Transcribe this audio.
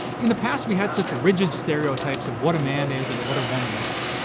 in the past, we had such rigid stereotypes of what a man is and what a woman is.